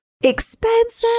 expensive